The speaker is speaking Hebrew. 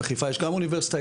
בחיפה יש גם אוניברסיטה,